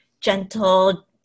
gentle